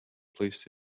placed